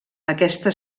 aquesta